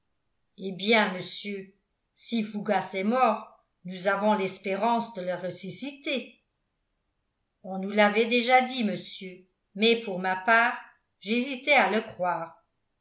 eh bien monsieur si fougas est mort nous avons l'espérance de le ressusciter on nous l'avait déjà dit monsieur mais pour ma part j'hésitais à le croire